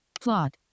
Plot